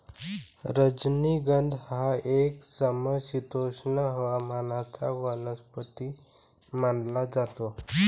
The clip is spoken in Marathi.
राजनिगंध हा एक समशीतोष्ण हवामानाचा वनस्पती मानला जातो